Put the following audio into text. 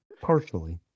Partially